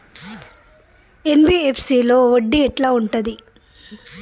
NBFC లో వడ్డీ ఎట్లా ఉంటది?